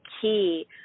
key